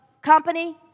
company